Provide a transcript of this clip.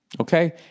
Okay